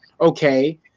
okay